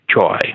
joy